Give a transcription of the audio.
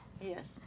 Yes